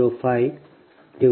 000052 0